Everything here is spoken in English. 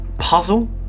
puzzle